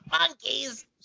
monkeys